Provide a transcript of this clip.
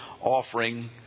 offering